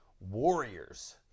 warriors